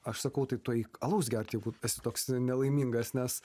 aš sakau tai tu eik alaus gert jeigu esi toks nelaimingas nes